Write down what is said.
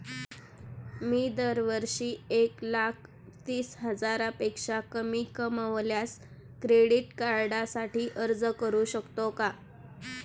मी दरवर्षी एक लाख तीस हजारापेक्षा कमी कमावल्यास क्रेडिट कार्डसाठी अर्ज करू शकतो का?